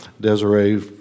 Desiree